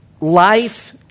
life